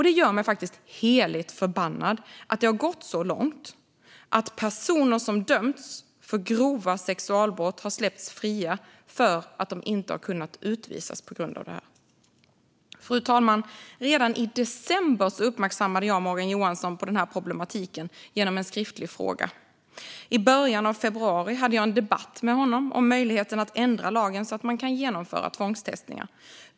Det gör mig faktiskt heligt förbannad att det har gått så långt att personer som dömts för grova sexualbrott har släppts fria för att de inte kunnat utvisas på grund av detta. Fru talman! Redan i december uppmärksammade jag Morgan Johansson på den här problematiken genom en skriftlig fråga. I början av februari hade jag en debatt med honom om möjligheten att ändra lagen så att man kan genomföra tvångstestningar.